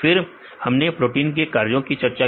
फिर हमने प्रोटीन के कार्यों की चर्चा की